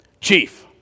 chief